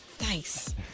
Nice